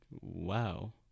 Wow